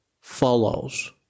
follows